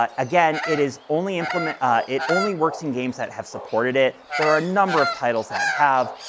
ah again, it is only implemented it only works in games that have supported it. there are a number of titles that have,